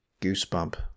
goosebump